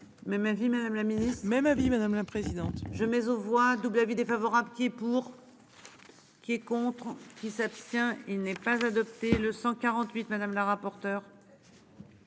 merci Madame la Ministre même avis madame la présidente. Je mais aux voit double avis défavorable qui pour. Qui est contre qui s'abstient. Il n'est pas adopté le 148 madame la rapporteure.